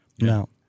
Now